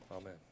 Amen